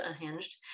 unhinged